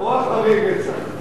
או אחרי רצח.